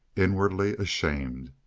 inwardly ashamed.